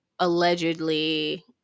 allegedly